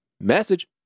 Message